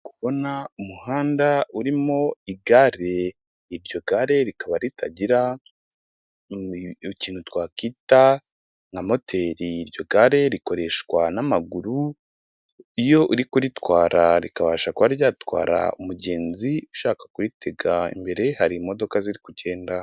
Kubona umuhanda urimo igare, iryo gare rikaba ritagira ikintu twakwita nka moteri. Iryo gare rikoreshwa n'amaguru iyo uri kuritwara rikabasha kuba ryatwara umugenzi ushaka kuritega, imbere hari imodoka ziri kugenda.